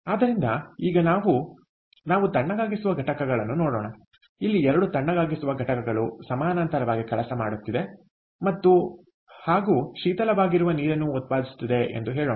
ಆದ್ದರಿಂದ ಈಗ ನಾವು ನಾವು ತಣ್ಣಗಾಗಿಸುವ ಘಟಕಗಳನ್ನು ನೋಡೋಣಇಲ್ಲಿ 2 ತಣ್ಣಗಾಗಿಸುವ ಘಟಕಗಳು ಸಮಾನಾಂತರವಾಗಿ ಕೆಲಸ ಮಾಡುತ್ತಿದೆ ಮತ್ತು ಹಾಗೂ ಶೀತಲವಾಗಿರುವ ನೀರನ್ನು ಉತ್ಪಾದಿಸುತ್ತಿದೆ ಎಂದು ಹೇಳೋಣ